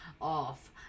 off